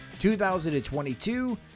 2022